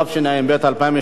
התשע"ב 2012,